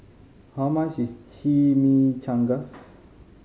how much is Chimichangas